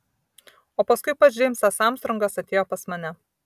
o paskui pats džeimsas armstrongas atėjo pas mane